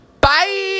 bye